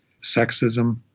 sexism